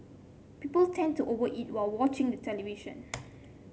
people tend to over eat while watching the television